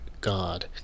God